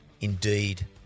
Indeed